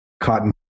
cotton